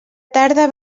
tarda